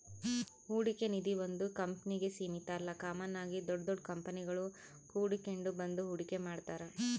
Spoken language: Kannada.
ಹೂಡಿಕೆ ನಿಧೀ ಒಂದು ಕಂಪ್ನಿಗೆ ಸೀಮಿತ ಅಲ್ಲ ಕಾಮನ್ ಆಗಿ ದೊಡ್ ದೊಡ್ ಕಂಪನಿಗುಳು ಕೂಡಿಕೆಂಡ್ ಬಂದು ಹೂಡಿಕೆ ಮಾಡ್ತಾರ